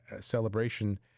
celebration